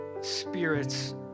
spirits